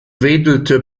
wedelte